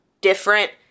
different